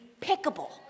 pickable